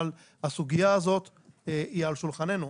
אבל הסוגיה הזאת היא על שולחננו.